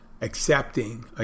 accepting